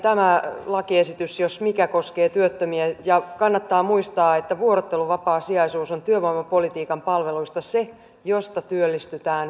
tämä lakiesitys jos mikä koskee työttömiä ja kannattaa muistaa että vuorotteluvapaasijaisuus on työvoimapolitiikan palveluista se josta työllistytään parhaiten